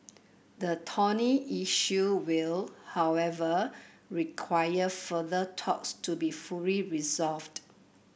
the thorny issue will however require further talks to be fully resolved